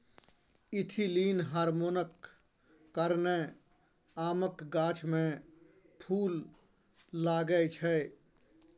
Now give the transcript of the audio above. ethylene हार्मोनक कारणेँ आमक गाछ मे फुल लागय छै